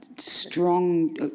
Strong